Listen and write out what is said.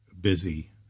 busy